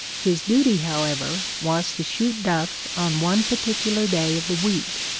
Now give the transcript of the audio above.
his duty, however, was to shoot ducks on one particular day of the week,